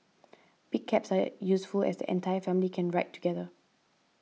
big cabs are useful as the entire family can ride together